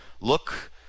look